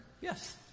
Yes